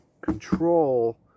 control